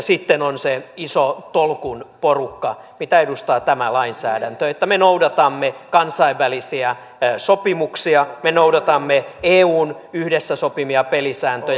sitten on se iso tolkun porukka mitä edustaa tämä lainsäädäntö että me noudatamme kansainvälisiä sopimuksia me noudatamme eun yhdessä sopimia pelisääntöjä